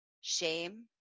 shame